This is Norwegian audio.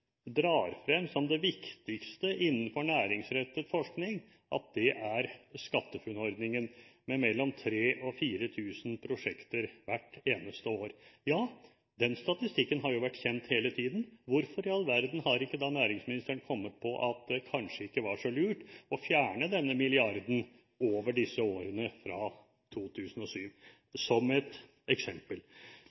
drar frem, som det viktigste innenfor næringsrettet forskning, SkatteFUNN-ordningen med mellom 3 000 og 4 000 prosjekter hvert år. Den statistikken har jo vært kjent hele tiden. Hvorfor i all verden har ikke da næringsministeren kommet på at det kanskje ikke var så lurt – som et eksempel – å fjerne denne milliarden i årene fra 2007?